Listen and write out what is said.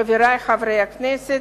חברי חברי הכנסת,